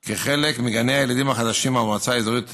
כי בחלק מגני הילדים החדשים במועצה האזורית